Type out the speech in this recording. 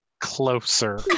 closer